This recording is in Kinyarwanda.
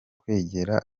kwegera